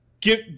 give